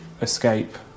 escape